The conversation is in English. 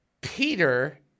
Peter